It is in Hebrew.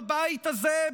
בבית הזה,